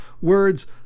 words